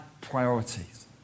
priorities